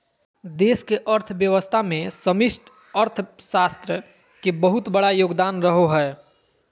देश के अर्थव्यवस्था मे समष्टि अर्थशास्त्र के बहुत बड़ा योगदान रहो हय